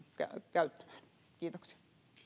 käyttämään kiitoksia